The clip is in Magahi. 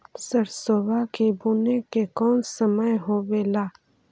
सरसोबा के बुने के कौन समय होबे ला?